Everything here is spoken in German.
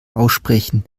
aussprechen